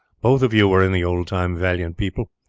both of you were in the old time valiant people,